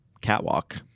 catwalk